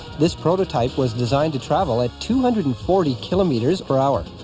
this prototype was designed to travel at two hundred and forty kilometres per hour.